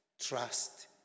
trust